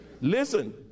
Listen